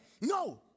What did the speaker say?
No